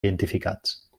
identificats